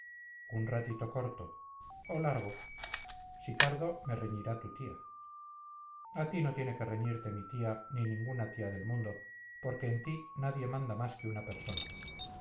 un ratito corto o largo si tardo me reñirá tu tía a ti no tiene que reñirte mi tía ni ninguna tía del mundo porque en ti nadie manda más que una persona